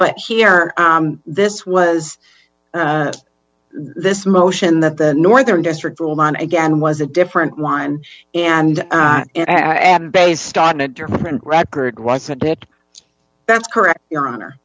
but here this was this motion that the northern district ruled on again was a different line and added based on a different record wasn't that that's correct your honor